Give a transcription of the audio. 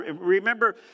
Remember